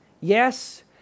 yes